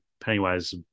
pennywise